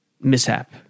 mishap